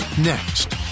Next